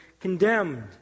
condemned